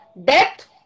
Death